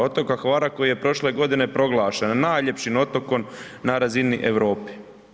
Otoka Hvara koji je prošle godine proglašen najljepšim otokom na razini Europe.